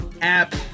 app